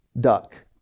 duck